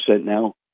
Now